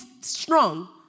strong